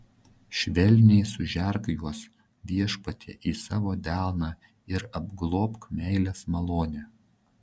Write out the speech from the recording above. švelniai sužerk juos viešpatie į savo delną ir apglobk meilės malone